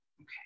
Okay